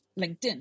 LinkedIn